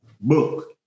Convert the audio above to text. book